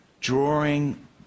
drawing